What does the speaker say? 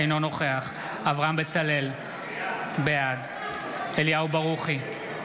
אינו נוכח אברהם בצלאל, בעד אליהו ברוכי,